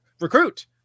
recruit